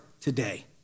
today